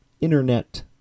internet